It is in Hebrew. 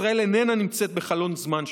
ישראל איננה נמצאת בחלון זמן שכזה,